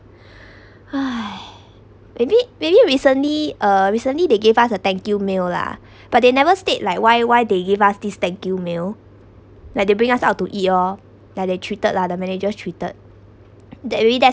!hais! maybe maybe recently uh recently they gave us a thank you mail lah but they never state like why why they give us this thank you mail like they bring us out to eat oh like they treated lah the managers treated that really that's